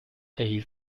erhielt